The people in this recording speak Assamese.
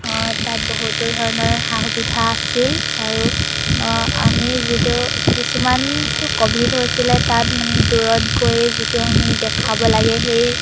তাত বহুতো ধৰণৰ সা সুবিধা আছিল আৰু আমি যিটো কিছুমানটো ক'ভিড হৈছিলে তাত মানে দূৰত গৈ যিটো আমি দেখাব লাগে সেই